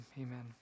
Amen